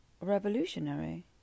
revolutionary